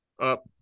up